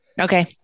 Okay